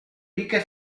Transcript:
ricche